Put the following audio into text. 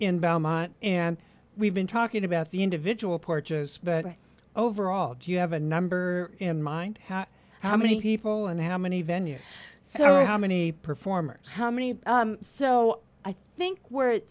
in belmont and we've been talking about the individual porches but overall do you have a number in mind how many people and how many venues so how many performers how many so i think we're